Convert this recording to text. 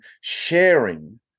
sharing